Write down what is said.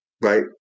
Right